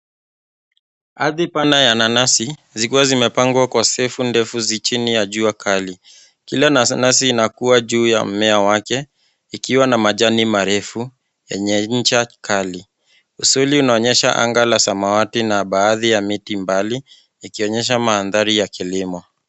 Ardhi pana ya nanasi zikiwa zimepangwa kwa safu ndefu chini ya jua kali. Kila nanasi inakua juu ya mmea wake ikiwa na majani marefu yenye ncha kali. Usuli inaonyesha anga la samawati na baadhi ya miti mbali, ikionyesha mandhari ya kilimo.